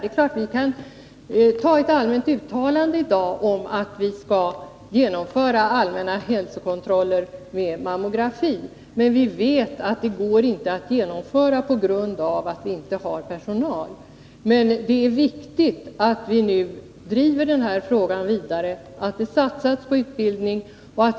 Det är klart att vi i dag kan ta ett allmänt uttalande om att vi skall genomföra allmänna hälsokontroller med mammografi, men vi vet att det inte går att genomföra på grund av att vi inte har personal. Det är viktigt att vi nu driver den här frågan vidare och att det satsas på utbildning.